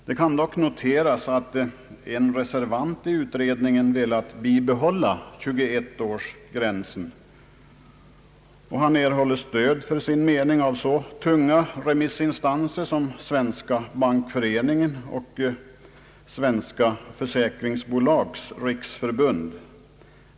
Det kan dock noteras att en reservant i utredningen har velat bibehålla 21-årsgränsen, och han erhåller stöd för sin mening av så tungt vägande remissinstanser som Svenska bankföreningen och Svenska försäkringsbolags riksförbund.